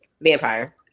vampire